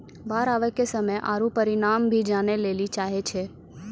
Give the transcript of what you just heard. बाढ़ आवे के समय आरु परिमाण भी जाने लेली चाहेय छैय?